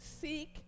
Seek